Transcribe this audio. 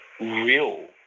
real